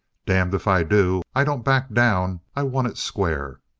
damned if i do. i don't back down. i won it square!